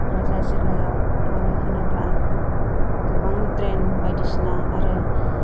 क'क्राझार जिल्लायाव मानो होनोब्ला गोबां ड्रेन बायदिसिना आरो